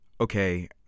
Okay